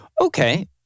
Okay